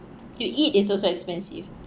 you eat is also expensive